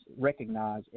recognize